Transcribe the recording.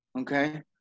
Okay